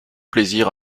plaisir